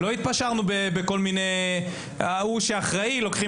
לא התפשרנו על כל מיני דברים כמו שלוקחים